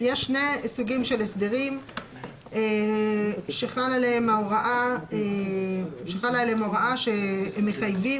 יש שני סוגים של הסדרים שחלה עליהם ההוראה שהם מחייבים